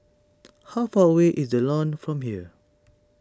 how far away is the Lawn from here